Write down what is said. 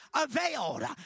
availed